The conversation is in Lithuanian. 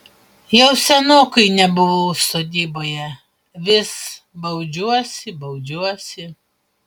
jau senokai nebuvau sodyboje vis baudžiuosi baudžiuosi